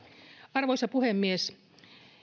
arvoisa puhemies